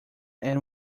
era